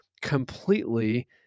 completely